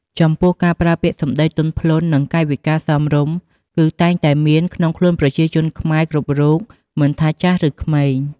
ចំពោះការប្រើពាក្យសម្ដីទន់ភ្លន់ និងកាយវិការសមរម្យ គឺតែងតែមានក្នុងខ្លួនប្រជាជនខ្មែរគ្រប់រូបមិនថាចាស់ឬក្មេង។